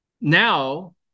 now